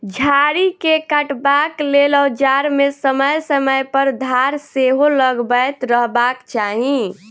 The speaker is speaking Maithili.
झाड़ी के काटबाक लेल औजार मे समय समय पर धार सेहो लगबैत रहबाक चाही